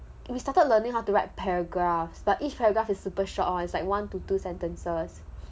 we started learning how to write paragraphs but each paragraph is super short it's like one to two sentences